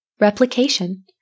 replication